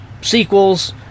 sequels